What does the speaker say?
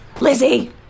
Lizzie